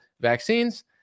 vaccines